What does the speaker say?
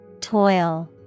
Toil